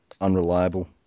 unreliable